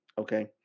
okay